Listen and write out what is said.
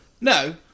No